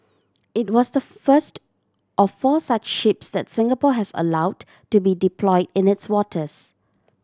it was the first of four such ships that Singapore has allowed to be deployed in its waters